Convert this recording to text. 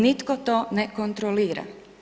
Nitko to ne kontrolira.